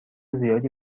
زیادی